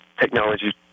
technology